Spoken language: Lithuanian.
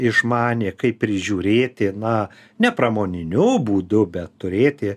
išmanė kaip prižiūrėti na nepramoniniu būdu bet turėti